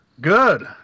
Good